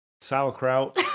sauerkraut